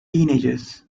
teenagers